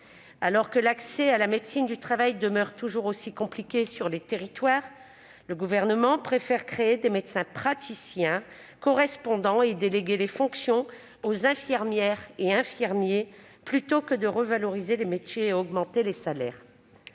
Alors que l'accès à la médecine du travail demeure toujours aussi compliqué sur les territoires, le Gouvernement préfère créer des médecins praticiens correspondants et déléguer des fonctions aux infirmiers, plutôt que de revaloriser les métiers et d'augmenter les salaires.